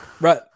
right